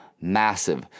massive